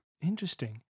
Interesting